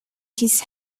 his